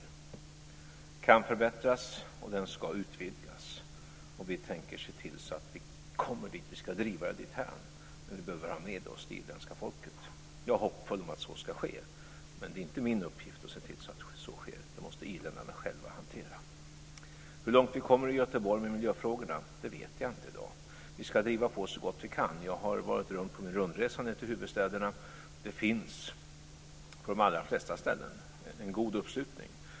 Den kan förbättras och den ska utvidgas. Vi tänker se till att vi kommer dit. Vi ska driva det dithän, men vi behöver ha med oss det irländska folket. Jag är hoppfull om att så ska ske, men det är inte min uppgift att se till att så sker. Det måste irländarna själva hantera. Jag vet inte i dag hur långt vi kommer med miljöfrågorna i Göteborg. Vi ska driva på så gott vi kan. Jag har varit på rundresa till huvudstäderna nu. På de allra flesta ställena finns det en god uppslutning.